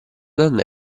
donna